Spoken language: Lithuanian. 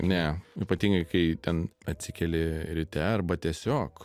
ne ypatingai kai ten atsikeli ryte arba tiesiog